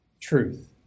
truth